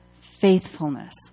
faithfulness